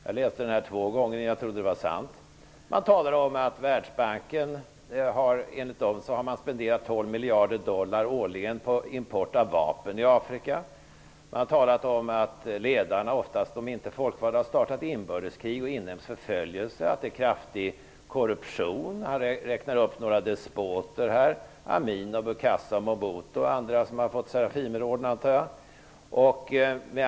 Jag läste artikeln två gånger innan jag trodde att det som stod där var sant. Det talas om att man enligt Världsbanken har spenderat 12 miljarder dollar årligen på import av vapen i Afrika. Det talas om att ledarna, oftast inte de folkvalda, har startat inbördeskrig och inhemsk förföljelse samt att det förekommer kraftig korruption. Han räknar upp några despoter, som Amin, Bokassa och Mobutu -- som jag antar har fått Serafimerorden.